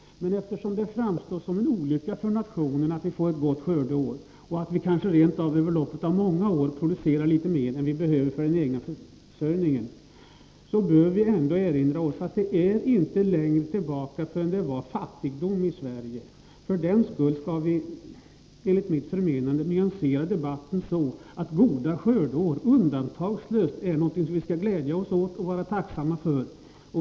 Men eftersom det framstår som en olycka för nationen att vi får en gott skördeår och att vi kanske under loppet av många år producerar litet mer än vi behöver för den egna försörjningen, bör vi ändå erinra oss att det inte är så länge sedan det var fattigdom i Sverige. Därför bör vi enligt mitt förmenande nyansera debatten och säga att goda skördeår är någonting som vi undantagslöst skall glädja oss åt och vara tacksamma för.